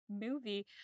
movie